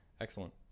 Excellent